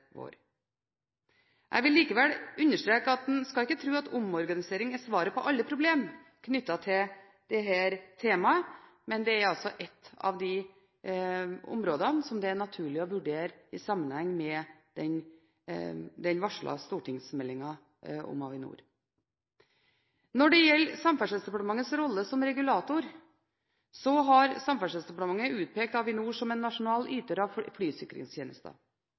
vil likevel understreke at vi skal ikke tro at en omorganisering er svaret på alle problemer knyttet til dette temaet, men det er et av de områdene det er naturlig å vurdere i sammenheng med den varslede stortingsmeldingen om Avinor. Når det gjelder Samferdselsdepartementets rolle som regulator, har Samferdselsdepartementet utpekt Avinor som en nasjonal yter av flysikringstjenester.